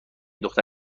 دختر